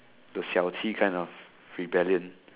the 小气 kind of rebellion